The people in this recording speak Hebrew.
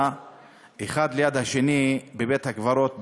האחד ליד השני בבית-הקברות ברמלה.